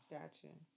Gotcha